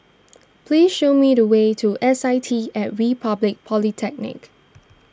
please show me the way to S I T at Republic Polytechnic